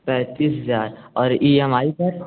पैंतीस हज़ार और ई एम आई पर